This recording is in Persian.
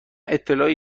اطلاعی